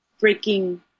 breaking